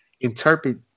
interpret